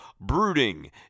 brooding